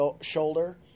shoulder